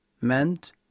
meant